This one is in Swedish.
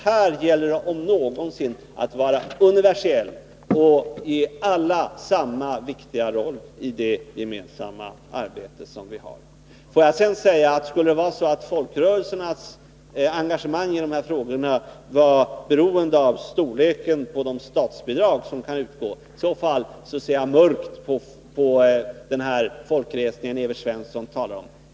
Här, om någonsin, gäller det att vara universell och att ge alla samma viktiga roll i det gemensamma arbetet. Låt mig också säga att, om det skulle vara så att folkrörelsernas engagemang i de här frågorna vore beroende av storleken på de statsbidrag som kan utgå, skulle jag se mörkt på den folkresning Evert Svensson talar om.